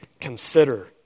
consider